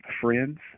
friends